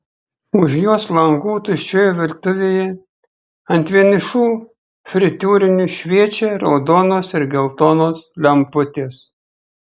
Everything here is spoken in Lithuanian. už jos langų tuščioje virtuvėje ant vienišų fritiūrinių šviečia raudonos ir geltonos lemputės